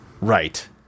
Right